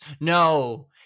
no